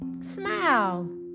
smile